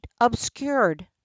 obscured